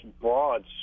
broad